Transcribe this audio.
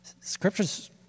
Scripture's